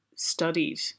studied